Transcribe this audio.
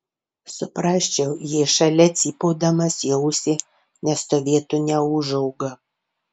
suprasčiau jei šalia cypaudamas į ausį nestovėtų neūžauga